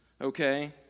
okay